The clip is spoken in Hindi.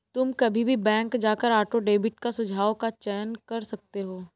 तुम कभी भी बैंक जाकर ऑटो डेबिट का सुझाव का चयन कर सकते हो